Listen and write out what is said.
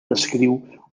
descriu